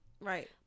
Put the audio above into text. Right